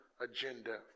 agenda